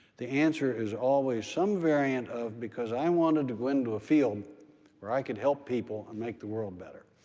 the answer is always some variant of, because i wanted to go into a field where i could help people and make the world better.